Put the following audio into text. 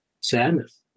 sadness